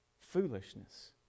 Foolishness